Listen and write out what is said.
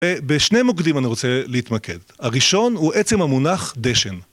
בשני מוקדים אני רוצה להתמקד. הראשון הוא עצם המונח דשן.